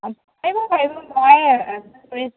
পাৰিব পাৰিব